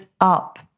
up